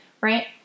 right